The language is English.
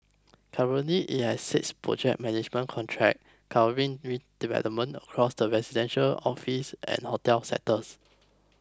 currently it has six project management contracts covering developments across the residential office and hotel sectors